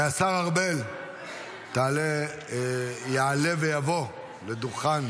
השר ארבל יעלה ויבוא לדוכן